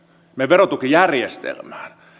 verotukijärjestelmäämme